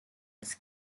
his